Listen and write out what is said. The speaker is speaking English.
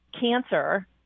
cancer